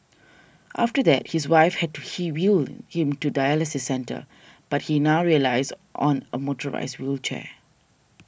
after that his wife had to wheel him to the dialysis centre but he now relies on a motorised wheelchair